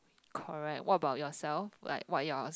correct what about yourself like what you're